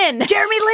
Jeremy